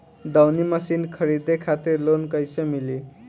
दऊनी मशीन खरीदे खातिर लोन कइसे मिली?